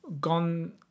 gone